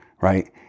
right